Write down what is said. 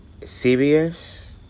CBS